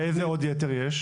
ואיזה עוד "יתר" יש?